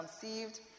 conceived